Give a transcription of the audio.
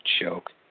joke